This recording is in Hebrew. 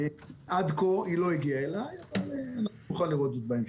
אזי שעד כה היא לא הגיעה אליי אבל אנחנו נוכל לראות זאת בהמשך.